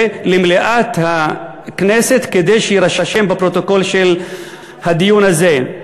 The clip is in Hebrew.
למליאת הכנסת כדי שיירשם בפרוטוקול של הדיון הזה.